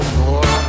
more